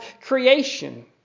creation